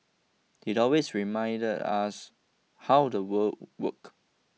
he always reminded us how the world work